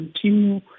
continue